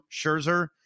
Scherzer